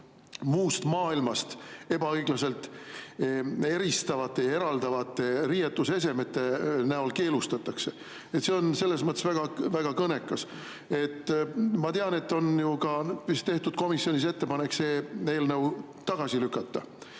muust maailmast ebaõiglaselt eristavate ja eraldavate riietusesemete näol keelustada. See on selles mõttes väga kõnekas. Ma tean ka, et on ju vist tehtud komisjonis ettepanek see eelnõu tagasi lükata.